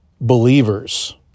believers